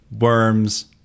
worms